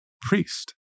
priest